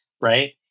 Right